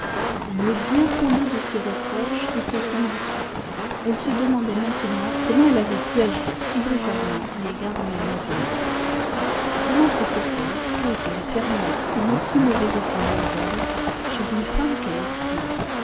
le bien fondé de ces reproches était indiscutable elle se demandait maintenant comment elle avait pu agir si brutalement à l'égard de mlle bates comment s'était-elle exposée à faire naître une aussi mauvaise opinion d'elle chez une femme qu'elle estimait